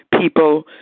people